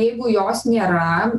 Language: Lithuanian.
jeigu jos nėra